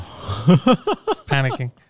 Panicking